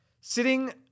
sitting